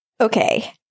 Okay